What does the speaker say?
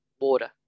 water